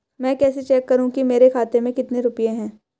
मैं कैसे चेक करूं कि मेरे खाते में कितने रुपए हैं?